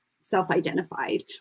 self-identified